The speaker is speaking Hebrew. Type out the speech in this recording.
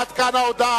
עד כאן ההודעה.